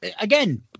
again